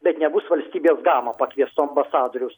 bet nebus valstybės gama pakviesto ambasadorius